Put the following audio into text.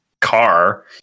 car